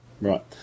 Right